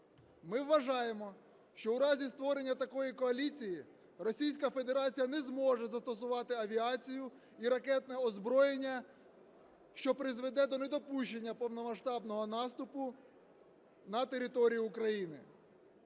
Ми вважаємо, що у разі створення такої коаліції Російська Федерація не зможе застосувати авіацію і ракетне озброєння, що призведе до недопущення повномасштабного наступу на територію України.